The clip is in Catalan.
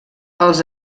els